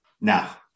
Now